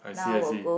I see I see